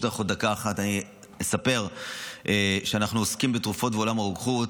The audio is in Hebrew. ברשותך עוד דקה אחת אני אספר שאנחנו עוסקים בתרופות ובעולם הרוקחות,